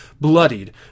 bloodied